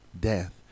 death